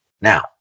Now